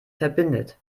verbindet